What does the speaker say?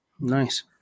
Nice